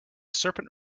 serpent